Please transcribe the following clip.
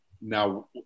now